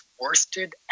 worsted